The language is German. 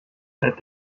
seit